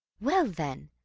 well, then,